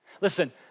Listen